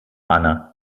anna